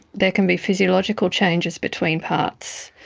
there can be physiological changes between parts.